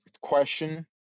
question